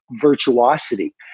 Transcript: Virtuosity